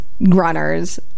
Runners